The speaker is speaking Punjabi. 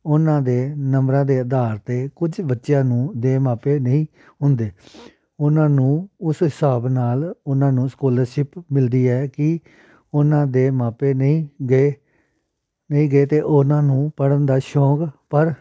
ਉਹਨਾਂ ਦੇ ਨੰਬਰਾਂ ਦੇ ਅਧਾਰ 'ਤੇ ਕੁਝ ਬੱਚਿਆਂ ਨੂੰ ਦੇ ਮਾਪੇ ਨਹੀਂ ਹੁੰਦੇ ਉਹਨਾਂ ਨੂੰ ਉਸ ਹਿਸਾਬ ਨਾਲ਼ ਉਹਨਾਂ ਨੂੰ ਸਕੋਲਰਸ਼ਿਪ ਮਿਲਦੀ ਹੈ ਕਿ ਉਹਨਾਂ ਦੇ ਮਾਪੇ ਨਹੀਂ ਗੇ ਨਹੀਂ ਗੇ ਅਤੇ ਉਹਨਾਂ ਨੂੰ ਪੜ੍ਹਨ ਦਾ ਸ਼ੌਂਕ ਪਰ